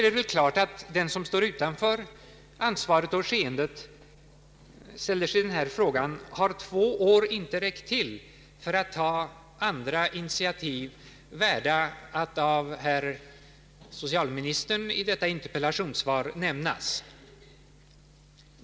Det är givet att den som står utanför ansvaret och skeendet frågar sig: Har två år inte räckt till för att ta andra initiativ, värda att nämnas av herr socialministern i detta interpellationssvar?